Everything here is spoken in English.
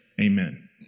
amen